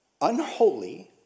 unholy